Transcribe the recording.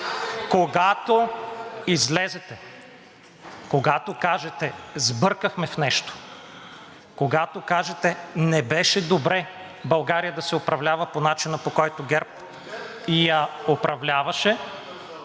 Когато излезете, когато кажете „сбъркахме в нещо“, когато кажете „не беше добре България да се управлява по начина, по който ГЕРБ я управляваше“,